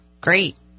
great